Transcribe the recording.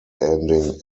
ending